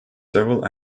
several